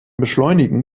beschleunigen